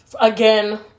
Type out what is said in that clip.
again